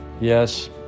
Yes